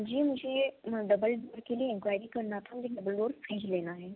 जी मुझे double door के लिए इंक्वायरी करना था डबल डोर फ्रिज लेना है